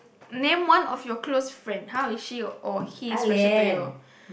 name one of your close friend how is she or he special to you